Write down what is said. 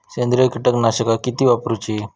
सेंद्रिय कीटकनाशका किती वापरूची?